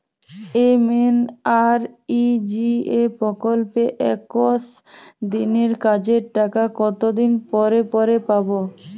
MNREGA প্রকল্পে একশ দিনের কাজের টাকা কতদিন পরে পরে পাব?